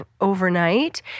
overnight